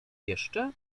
jeszcze